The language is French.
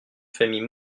famille